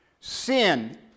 Sin